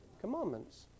commandments